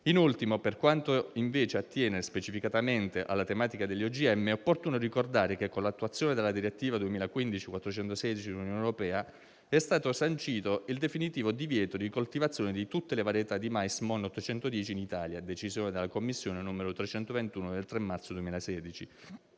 In ultimo, per quanto, invece, attiene specificatamente alla tematica degli OGM, è opportuno ricordare che, con l'attuazione della direttiva 2015/412/UE, è stato sancito il definitivo divieto di coltivazione di tutte le varietà di mais MON810 in Italia (decisione della Commissione n. 321 del 3 marzo 2016)